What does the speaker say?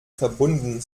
verbunden